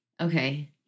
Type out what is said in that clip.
Okay